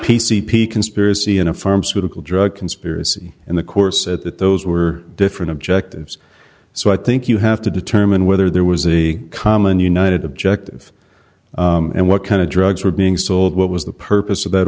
c p conspiracy in a pharmaceutical drug conspiracy in the course at that those were different objectives so i think you have to determine whether there was a common united objective and what kind of drugs were being sold what was the purpose of that